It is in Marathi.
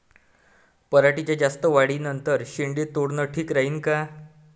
पराटीच्या जास्त वाढी नंतर शेंडे तोडनं ठीक राहीन का?